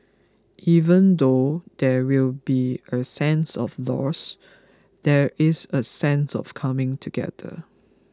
even though there will be a sense of loss there is a sense of coming together